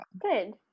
Good